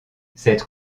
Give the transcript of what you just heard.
cette